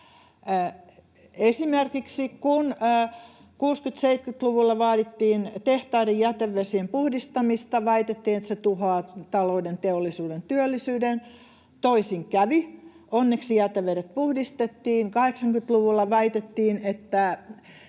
Esimerkiksi kun 60—70-luvuilla vaadittiin tehtaiden jätevesien puhdistamista, väitettiin, että se tuhoaa talouden, teollisuuden, työllisyyden — toisin kävi, onneksi jätevedet puhdistettiin. 80-luvulla väitettiin,